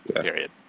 period